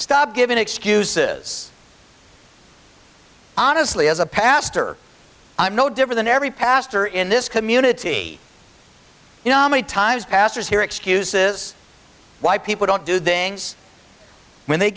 stop giving excuses honestly as a pastor i'm no different than every pastor in this community you know how many times pastors hear excuses why people don't do they when they